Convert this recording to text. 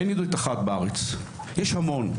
אין יהודית אחת בארץ, יש המון.